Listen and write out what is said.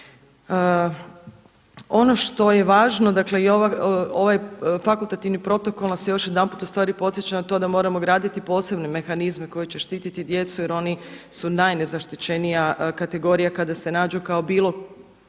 Ono što je važno, dakle i ovaj fakultativni protokol nas još jedanput u stvari podsjeća na to da moramo graditi posebne mehanizme koji će štititi djecu jer oni su najnezaštićenija kategorija kada se nađu kao bilo,